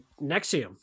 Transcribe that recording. Nexium